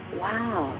wow